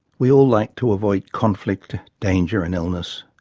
we all like to avoid conflict, danger and illness.